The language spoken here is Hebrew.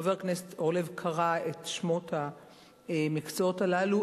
חבר הכנסת אורלב קרא את שמות המקצועות הללו.